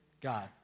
God